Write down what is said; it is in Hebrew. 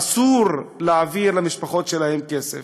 אסור להעביר למשפחות שלהם כסף?